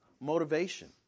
motivation